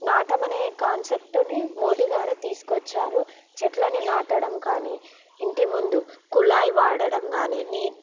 నాటమనే కాన్సెప్టుని మోదీగారే తీసుకొచ్చారు చెట్లని నాటడం కాని ఇంటిముందు కుళాయి వాడడం కాని